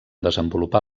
desenvolupar